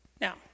Now